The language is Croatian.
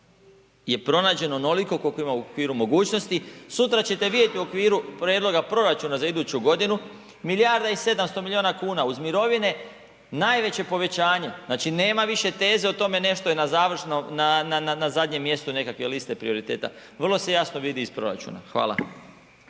je pronađeno onoliko koliko ima u okviru mogućnosti. Sutra ćete vidjeti u okviru prijedloga proračuna za iduću godinu milijarda i 700 milijuna kuna uz mirovine, najveće povećanje, znači nema više teze o tome nešto je na završnom, na zadnjem mjestu nekakve liste prioriteta, vrlo se jasno vidi iz proračuna. Hvala.